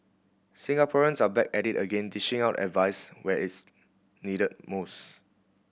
Singaporeans are back at it again dishing out advice where it's needed most